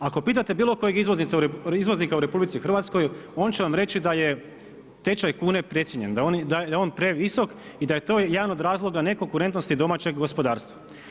Ako pitate bilo kojeg izvoznika u RH, on će reći da je tečaj kune precijenjen, da je on previsok i da je to jedan od razloga nekonkurentnosti domaćeg gospodarstva.